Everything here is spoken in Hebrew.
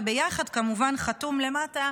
וכמובן, חתום למטה: